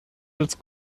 ils